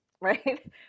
right